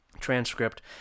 transcript